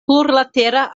plurlatera